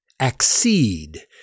accede